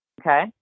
Okay